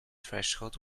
threshold